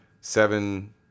Seven